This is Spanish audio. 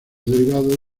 derivados